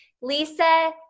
Lisa